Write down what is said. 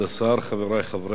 חברי חברי הכנסת,